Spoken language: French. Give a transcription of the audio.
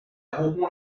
bourbon